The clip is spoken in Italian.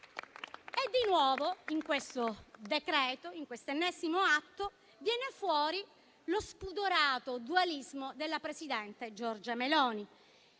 Di nuovo, in questo ennesimo atto, viene fuori lo spudorato dualismo della presidente Giorgia Meloni